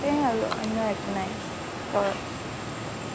সেয়ে আৰু অন্য একো নাই ত